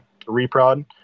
reprod